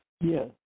Yes